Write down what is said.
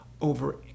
over